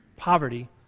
Poverty